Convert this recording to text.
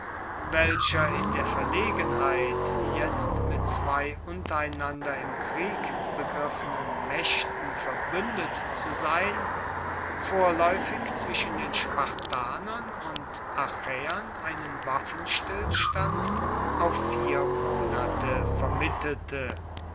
welcher in der verlegenheit jetzt mit zwei untereinander im krieg begriffenen maechten verbuendet zu sein vorlaeufig zwischen den spartanern und achaeern einen waffenstillstand auf vier monate vermittelte